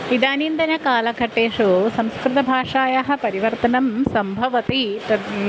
इदानीन्तनकालघट्टेषु संस्कृतभाषायाः परिवर्तनं सम्भवति तत्